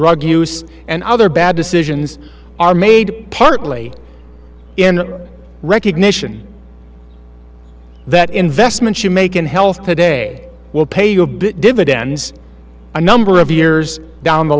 drug use and other bad decisions are made partly in recognition that investments you make in health today will pay you a bit dividends a number of years down the